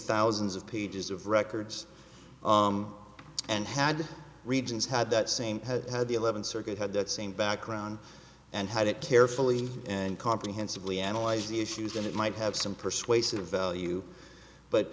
thousands of pages of records and had regions had that same had the eleventh circuit had that same background and had it carefully and comprehensively analyzed the issues and it might have some persuasive value but